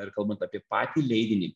ir kalbant apie patį leidinį